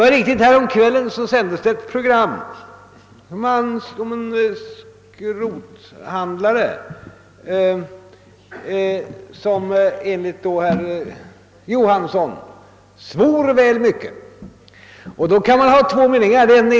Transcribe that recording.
Det är riktigt att det häromkvällen sändes ett program om en skrothandlare, som enligt herr Johansson svor väl mycket. Man kan ha två olika meningar om detta.